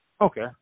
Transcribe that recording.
Okay